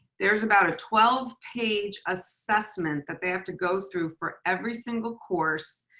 there's about a twelve page assessment that they have to go through for every single course.